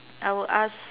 I will ask